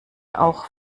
auch